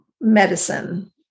medicine